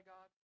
God